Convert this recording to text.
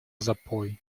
запой